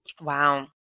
Wow